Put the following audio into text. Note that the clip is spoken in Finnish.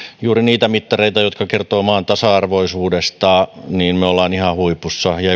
juuri niitä mittareita jotka kertovat maan tasa arvoisuudesta me olemme ihan huipussa ja